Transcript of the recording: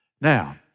Now